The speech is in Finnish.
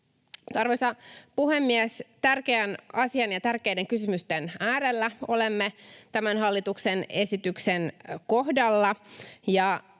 Arvoisa puhemies! Tärkeän asian ja tärkeiden kysymysten äärellä olemme tämän hallituksen esityksen kohdalla.